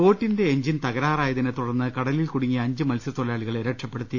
ബോട്ടിന്റെ എഞ്ചിൻ തകരാറായതിനെ തുടർന്ന് കട്ടലിൽ കുടുങ്ങി യ അഞ്ച് മത്സൃ തൊഴിലാളികളെ രക്ഷപ്പെടുത്തി